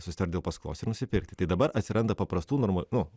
susitarti dėl paskolos ir nusipirkti tai dabar atsiranda paprastų norma nu